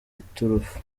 iturufu